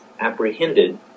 apprehended